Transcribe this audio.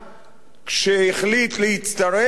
כשהחליט להצטרף, להמשיך.